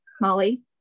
molly